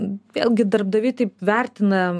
vėlgi darbdaviai taip vertina